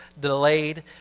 delayed